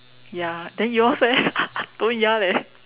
ya then yours eh don't ya leh